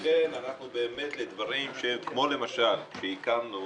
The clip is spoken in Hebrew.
לכן זה לדברים כמו למשל כשהקמנו